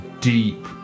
deep